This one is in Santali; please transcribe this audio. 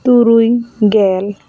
ᱛᱩᱨᱩᱭ ᱜᱮᱞ